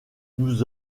nous